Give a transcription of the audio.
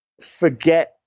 Forget